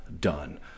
done